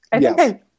Yes